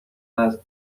است